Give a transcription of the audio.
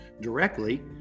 directly